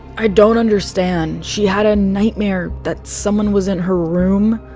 i don't understand, she had a nightmare that someone was in her room,